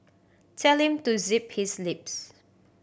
tell him to zip his lips